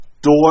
Door